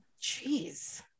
jeez